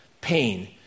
pain